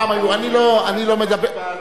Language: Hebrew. פעם היו, שטר בעלות.